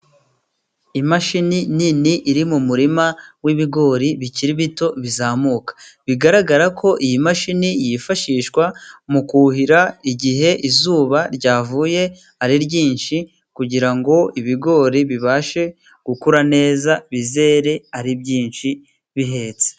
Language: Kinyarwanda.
Imashini nini iri mu murima w'ibigori bikiri bito bizamuka. Bigaragara ko iyi mashini yifashishwa mu kuhira, igihe izuba ryavuye ari ryinshi, kugirango ngo ibigori bibashe gukura neza, bizere ari byinshi bihetse.